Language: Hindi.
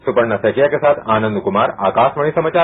सुपर्णा सैकिया के साथ आनंद कुमार आकाशवाणी समाचार